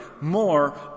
more